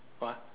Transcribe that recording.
what